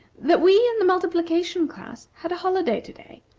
that we and the multiplication class had a holiday to-day,